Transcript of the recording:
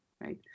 right